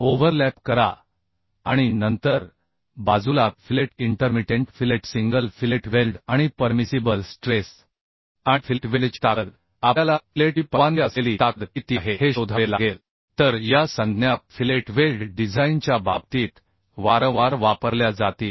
overlap करा आणि नंतर बाजूला fillet intermittent fillet single fillet weld आणि परमिसिबल स्ट्रेस आणि फिलेट वेल्डची ताकद आपल्याला फिलेटची परवानगी असलेली ताकद किती आहे हे शोधावे लागेल तर या संज्ञा फिलेट वेल्ड डिझाइनच्या बाबतीत वारंवार वापरल्या जातील